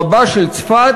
רבה של צפת,